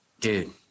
Dude